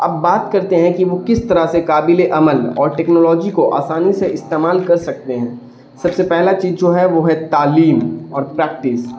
اب بات کرتے ہیں کہ وہ کس طرح سے قابل عمل اور ٹیکنالوجی کو آسانی سے استعمال کر سکتے ہیں سب سے پہلا چیز جو ہے وہ ہے تعلیم اور پریکٹس